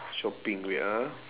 shopping wait ah